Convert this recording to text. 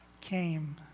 came